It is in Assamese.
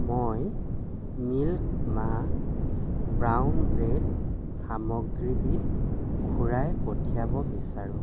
মই মিল্ক মা ব্ৰাউন ব্ৰেড সামগ্ৰীবিধ ঘূৰাই পঠিয়াব বিচাৰোঁ